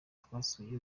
twasuye